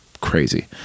crazy